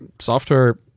software